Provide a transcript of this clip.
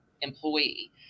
employee